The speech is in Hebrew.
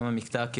גם המקטע הקמעונאי,